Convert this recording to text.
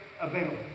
available